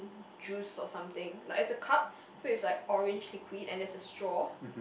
juice or something like it's a cup filled with like orange liquid and there's a straw